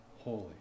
holy